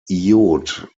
iod